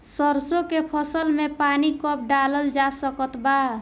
सरसों के फसल में पानी कब डालल जा सकत बा?